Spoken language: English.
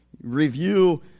Review